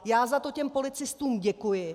Já za to těm policistům děkuji.